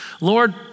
Lord